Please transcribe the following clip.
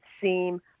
seem